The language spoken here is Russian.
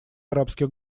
арабских